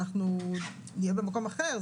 נהיה במקום אחר,